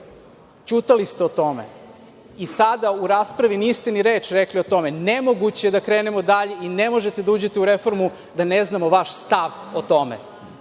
Ćutali ste o tome i sada u raspravi niste ni reč rekli o tome. Nemoguće je da krenemo dalje i ne možete da uđete u reformu da ne znamo vaš stav o tome.